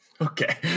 Okay